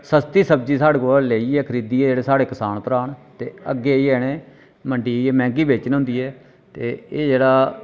सस्ती सब्जी साढ़े कोला लेइयै खरीदियै जेह्ड़े साढ़े कसान भ्राऽ न ते अग्गै जाइयै इ'नें मंडी जाइयै मैहंगी बेचनी होंदी ऐ ते एह् जेह्ड़ा